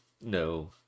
no